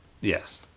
Yes